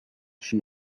she